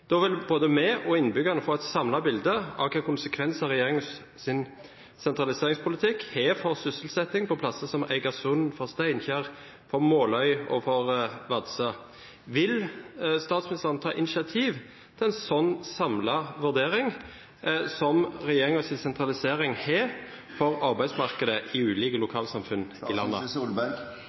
vil både vi og innbyggerne få et samlet bilde av hvilke konsekvenser regjeringens sentraliseringspolitikk har for sysselsettingen på steder som Eigersund, Steinkjer, Måløy og Vadsø. Vil statsministeren ta initiativ til en slik samlet vurdering av konsekvensene som regjeringens sentralisering har for arbeidsmarkedet i ulike